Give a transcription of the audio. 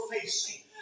facing